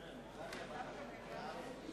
מי נגד?